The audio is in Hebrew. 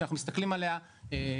כי אנחנו מסתכלים עליה כעסק.